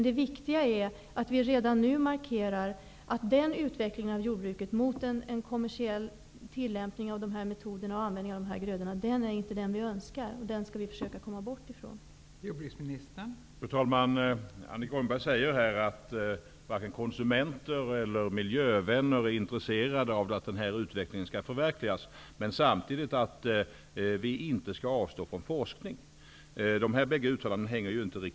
Det viktiga är att vi redan nu markerar att vi inte önskar denna utveckling av jordbruket mot en kommersiell tillämpning av de här metoderna och användningen av de här grödorna och att vi skall försöka komma bort från den.